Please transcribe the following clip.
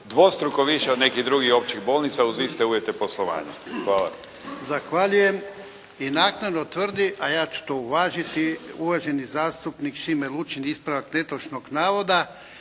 dvostruko više od nekih drugih općih bolnica uz iste uvjete poslovanja. Hvala.